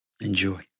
Enjoy